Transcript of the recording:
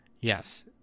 Yes